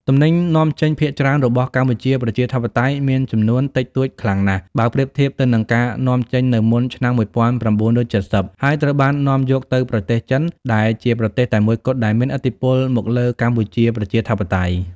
ទំនិញនាំចេញភាគច្រើនរបស់កម្ពុជាប្រជាធិបតេយ្យមានចំនួនតិចតួចខ្លាំងណាស់ បើប្រៀបធៀបទៅនឹងការនាំ ចេញនៅមុនឆ្នាំ១៩៧០ ហើយត្រូវបាននាំយកទៅប្រទេសចិន ដែលជាប្រទេសតែមួយគត់ដែលមានឥទ្ធិពលមកលើកម្ពុជាប្រជាធិបតេយ្យ។